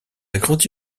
grandi